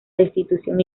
destitución